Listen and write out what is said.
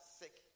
sick